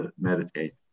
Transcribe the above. meditate